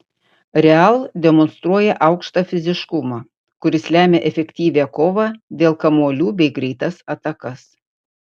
real demonstruoja aukštą fiziškumą kuris lemia efektyvią kovą dėl kamuolių bei greitas atakas